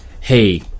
hey